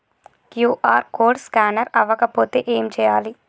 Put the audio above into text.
QR code scanner అవ్వకపోతే ఏం చేయాలి?